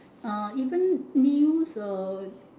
uh even news uh